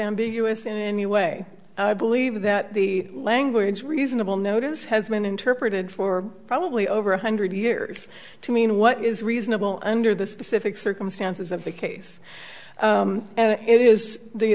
ambiguous in any way i believe that the language is reasonable notice has been interpreted for probably over one hundred years to mean what is reasonable under the specific circumstances of the case and it is the